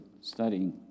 studying